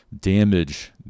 damage